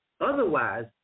Otherwise